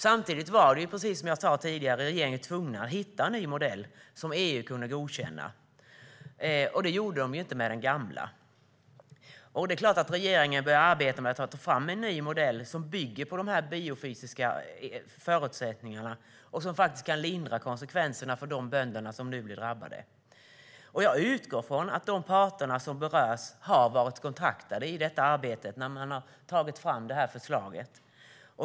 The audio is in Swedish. Samtidigt var regeringen tvungen att hitta en ny modell som EU kunde godkänna, precis som jag sa tidigare. EU godkände inte den gamla. Det är klart att regeringen har börjat arbeta med att ta fram en ny modell som bygger på de biofysiska förutsättningarna och som kan lindra konsekvenserna för de bönder som nu blir drabbade. Jag utgår från att de parter som berörs har varit kontaktade i arbetet med att ta fram förslaget.